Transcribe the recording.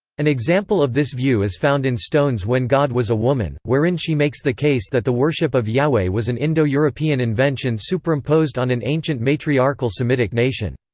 an example of this view is found in stone's when god was a woman, wherein she makes the case that the worship of yahweh was an indo-european invention superimposed on an ancient matriarchal semitic nation.